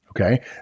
Okay